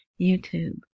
YouTube